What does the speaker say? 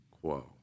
quo